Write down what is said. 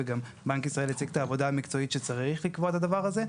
וגם בנק ישראל הציג את העבודה המקצועית שלפיה צריך לקבוע את הדבר הזה,